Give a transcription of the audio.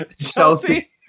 Chelsea